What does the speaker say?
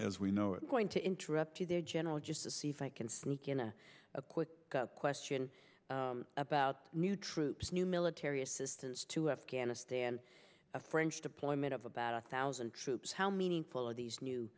as we know it's going to interrupt you there general just to see if i can sneak in a quick question about new troops new military assistance to afghanistan a french deployment of about a thousand troops how meaningful are these new